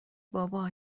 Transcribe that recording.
بابا